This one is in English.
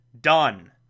done